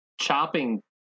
chopping